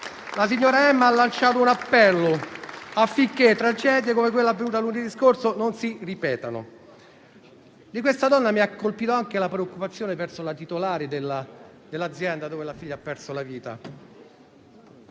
La signora Emma ha lanciato un appello affinché tragedie come quella avvenuta lunedì scorso non si ripetano. Di questa donna mi ha colpito anche la preoccupazione verso la titolare dell'azienda presso la quale la figlia ha perso la vita.